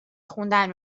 خوندن